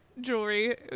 jewelry